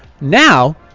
Now